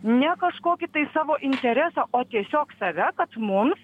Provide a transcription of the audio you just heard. ne kažkokį tai savo interesą o tiesiog save kad mums